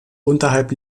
unterhalb